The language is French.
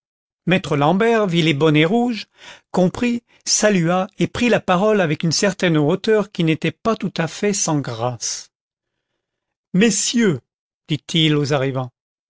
maître l'àmbert vit lesbonnets rouges comprit salua et prit la parole avec une certaine hauteur qui n'était pas tout à fait sans grâce messieurs dit-il aux arrivants